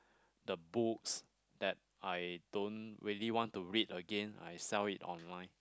the books that I don't really want to read Again I sell it online